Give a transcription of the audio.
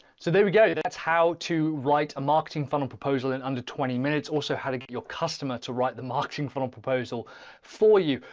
so there we go. that's how to write a marketing funnel proposal in under twenty minutes also how to get your customer to write the marketing funnel proposal for you.